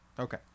Okay